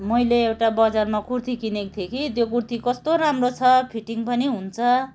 मैले एउटा बजारमा कुर्ती किनेको थिएँ कि त्यो कुर्ती कस्तो राम्रो छ फिटिङ पनि हुन्छ